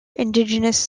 indigenous